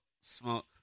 smoke